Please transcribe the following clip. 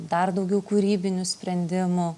dar daugiau kūrybinių sprendimų